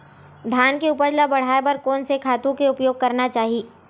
धान के उपज ल बढ़ाये बर कोन से खातु के उपयोग करना चाही?